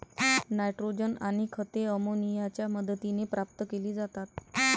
nitrogen आणि खते अमोनियाच्या मदतीने प्राप्त केली जातात